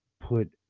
put